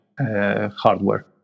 hardware